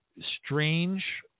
strange